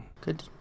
Good